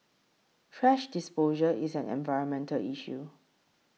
thrash disposal is an environmental issue